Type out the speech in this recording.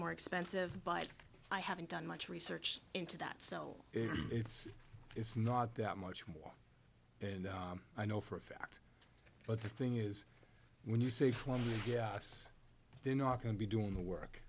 more expensive but i haven't done much research into that so it's it's not that much more and i know for a fact but the thing is when you say from yes they're not going to be doing the work